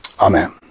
Amen